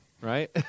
Right